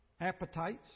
appetites